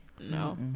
No